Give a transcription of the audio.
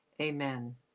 amen